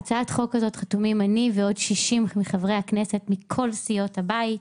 על הצעת החוק הזו חתומים אני ועוד 60 מחברי הכנסת מכל סיעות הבית,